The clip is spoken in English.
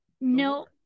No